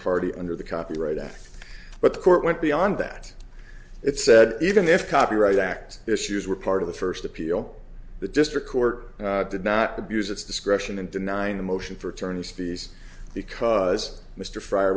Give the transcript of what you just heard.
party under the copyright act but the court went beyond that it said even if copyright act issues were part of the first appeal the district court did not abuse its discretion in denying a motion for attorney's fees because mr fryer